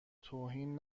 توهین